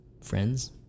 friends